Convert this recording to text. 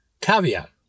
Caveat